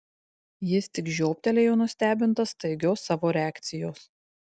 jis tik žioptelėjo nustebintas staigios savo reakcijos